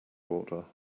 order